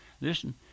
Listen